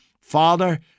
Father